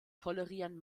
tolerieren